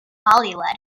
hollywood